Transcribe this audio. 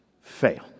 fail